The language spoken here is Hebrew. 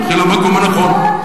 תלכי למקום הנכון.